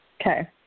Okay